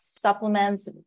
supplements